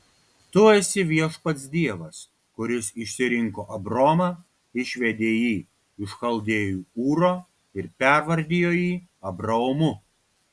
tu esi viešpats dievas kuris išsirinko abromą išvedė jį iš chaldėjų ūro ir pervardijo jį abraomu